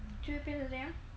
就会变成怎样